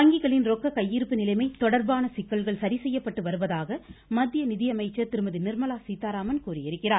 வங்கிகளின் ரொக்க கையிருப்பு நிலைமை தொடர்பான சிக்கல்கள் சரிசெய்யப்பட்டு வருவதாக மத்திய நிதி அமைச்சர் திருமதி நிர்மலா சீதாராமன் கூறியிருக்கிறார்